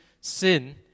sin